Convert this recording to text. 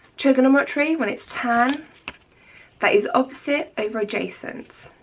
trigonometry when it's tan that is opposite over adjacent